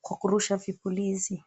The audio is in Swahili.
kurusha vilipuzi.